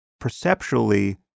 perceptually